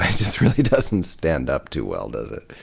just really doesn't stand up too well, does it.